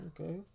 okay